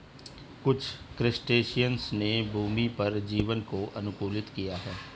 कुछ क्रस्टेशियंस ने भूमि पर जीवन को अनुकूलित किया है